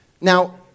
Now